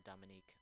Dominique